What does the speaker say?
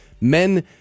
men